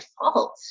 fault